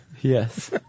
Yes